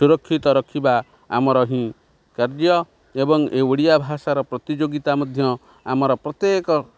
ସୁରକ୍ଷିତ ରଖିବା ଆମର ହିଁ କାର୍ଯ୍ୟ ଏବଂ ଏ ଓଡ଼ିଆ ଭାଷାର ପ୍ରତିଯୋଗିତା ମଧ୍ୟ ଆମର ପ୍ରତ୍ୟେକ